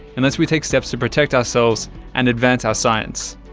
unless we take steps to protect ourselves and advance our science.